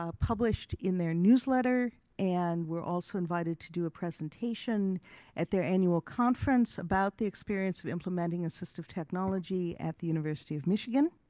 ah published in their newsletter, and we're also invited to do a presentation at their annual conference about the experience of implementing assistive technology at the university of michigan.